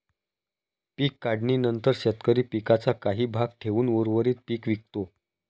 पीक काढणीनंतर शेतकरी पिकाचा काही भाग ठेवून उर्वरित पीक विकतो